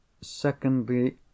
secondly